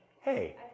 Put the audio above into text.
Hey